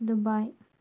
Dubai